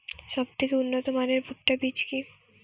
সবথেকে উন্নত মানের ভুট্টা বীজ কি?